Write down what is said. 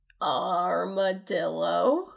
Armadillo